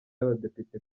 y’abadepite